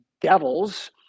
devils